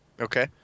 Okay